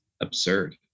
absurd